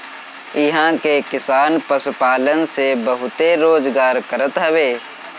इहां के किसान पशुपालन से बहुते रोजगार करत हवे